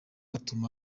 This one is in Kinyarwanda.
atuma